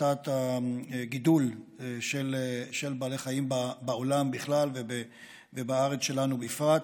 הפחתת הגידול של בעלי חיים בעולם בכלל ובארץ שלנו בפרט.